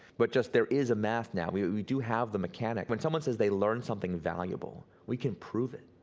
but just there is a math now, we but we do have the mechanics. when someone says they learn something invaluable, we can prove it,